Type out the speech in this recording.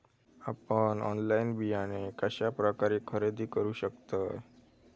आपन ऑनलाइन बियाणे कश्या प्रकारे खरेदी करू शकतय?